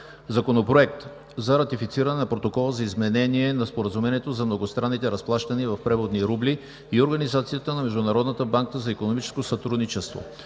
Законопроект за ратифициране на Протокола за изменение на Споразумението за многостранните разплащания в преводни рубли и организацията на Международната банка за икономическо сътрудничество,